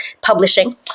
Publishing